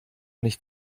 nicht